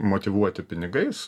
motyvuoti pinigais